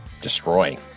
destroying